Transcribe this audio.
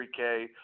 3K